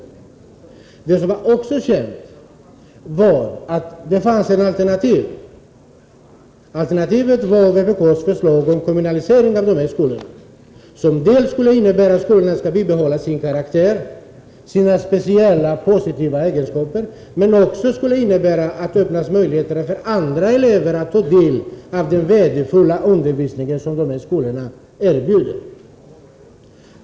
Något som också var känt var att det fanns ett alternativ: vpk:s förslag om kommunalisering av de här skolorna. Det skulle innebära dels att skolorna skulle bibehålla sin karaktär, sina speciella positiva egenskaper, dels att möjligheter skulle öppnas för andra elever att få del av den värdefulla undervisning som dessa skolor erbjuder.